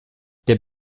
der